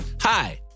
Hi